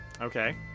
Okay